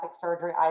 surgery